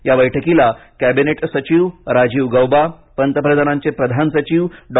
या बैठकीला कॅबिनेट सचिव राजीव गौबा पंतप्रधानांचे प्रधान सचिव डॉ